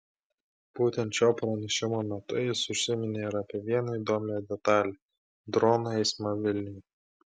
būtent šio pranešimo metu jis užsiminė ir apie vieną įdomią detalę dronų eismą vilniuje